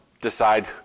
decide